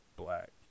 black